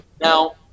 Now